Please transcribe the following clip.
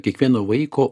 kiekvieno vaiko